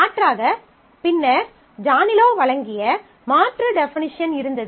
மாற்றாக பின்னர் ஜானிலோ வழங்கிய மாற்று டெஃபனிஷன் இருந்தது